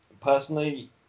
Personally